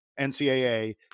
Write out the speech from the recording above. NCAA